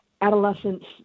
adolescents